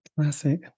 Classic